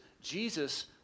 Jesus